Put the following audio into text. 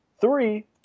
Three